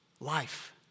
life